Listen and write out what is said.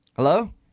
Hello